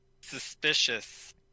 suspicious